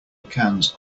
cans